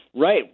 Right